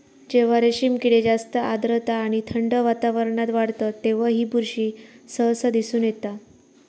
जेव्हा रेशीम किडे जास्त आर्द्रता आणि थंड वातावरणात वाढतत तेव्हा ही बुरशी सहसा दिसून येता